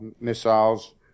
Missiles